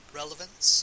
relevance